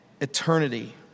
eternity